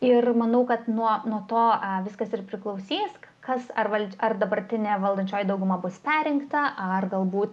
ir manau kad nuo nuo to viskas ir priklausys kas ar valdž ar dabartinė valdančioji dauguma bus perrinkta ar galbūt